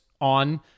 on